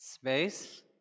Space